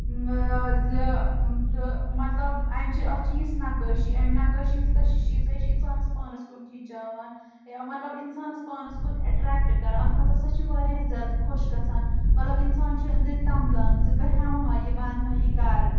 اۭں زِ تہٕ مطلب امچہِ اتھ چھِ یژھ نقٲشی امہِ نقٲشی ہنٛز کٔشش چھِ ییٖژاہ یہِ چھِ انسانس پانس کُن کھِچاوان مطلب انسانس پانس کُن اٹریکٹ کران اتھ منٛز ہسا چھِ واریاہ زیادٕ خۄش گژھان مطلب انسان چھُ أنٛدرۍ تمبلان زِ بہٕ ہیٚمہٕ ہا یہِ بہٕ انہٕ ہا یہِ گرٕ